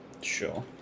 Sure